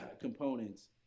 components